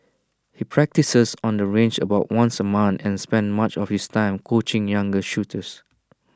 he practises on the range about once A month and spends much of his time coaching younger shooters